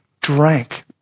drank